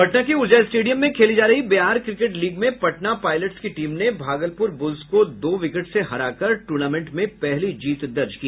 पटना के ऊर्जा स्टेडियम में खेली जा रही बिहार क्रिकेट लीग में पटना पाइलट्स की टीम ने भागलपुर बुल्स को दो विकेट हराकर टूर्नामेंट में पहली जीत दर्ज की